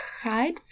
hide